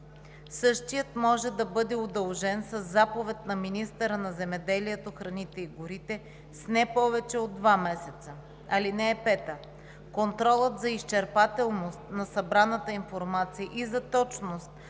същият може бъде удължен със заповед на министъра на земеделието, храните и горите с не повече от два месеца. (5) Контролът за изчерпателност на събраната информация и за точност